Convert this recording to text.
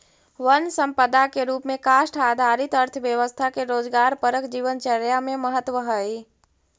वन सम्पदा के रूप में काष्ठ आधारित अर्थव्यवस्था के रोजगारपरक जीवनचर्या में महत्त्व हइ